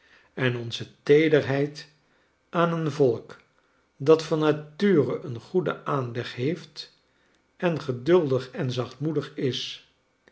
en onze teederheid aan een volk dat van nature een goeden aanleg heeft en geduldig en zachtmoedig is